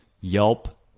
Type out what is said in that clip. Yelp